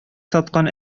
саткан